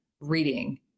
reading